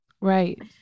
Right